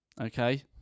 Okay